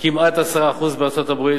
כמעט 10% בארצות-הברית,